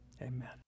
amen